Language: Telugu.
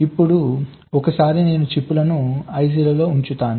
ఇప్పుడు ఒకసారి నేను చిప్లను ఐసిలలో ఉంచుతాను